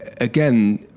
again